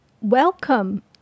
Welcome